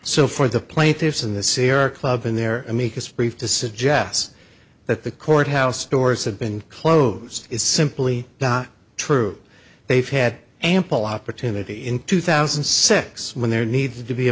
so for the plaintiffs in the sierra club in their amicus brief to suggest that the courthouse stores had been closed is simply not true they've had ample opportunity in two thousand and six when there needs to be a